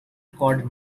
recorded